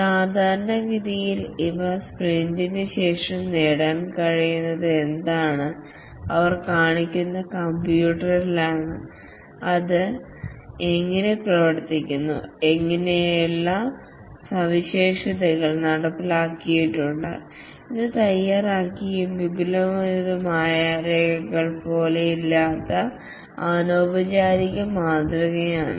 സാധാരണഗതിയിൽ ഇവ സ്പ്രിന്റിനുശേഷം നേടാൻ കഴിയുന്നത് എന്താണെന്ന് അവർ കാണിക്കുന്ന കമ്പ്യൂട്ടറിലാണ് അത് എങ്ങനെ പ്രവർത്തിക്കുന്നു എന്നിങ്ങനെയുള്ള സവിശേഷതകൾ നടപ്പിലാക്കിയിട്ടുണ്ട് ഇത് തയ്യാറാക്കിയതും വിപുലമായതുമായ രേഖകൾ പോലെയല്ലാത്ത അനൌപചാരിക മാതൃകയാണ്